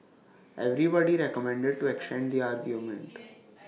everybody recommended to extend the agreement